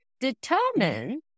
determine